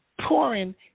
pouring